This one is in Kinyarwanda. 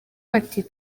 ati